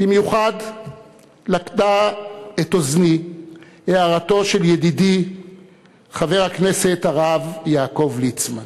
במיוחד לכדה את אוזני הערתו של ידידי חבר הכנסת הרב יעקב ליצמן,